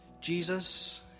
Jesus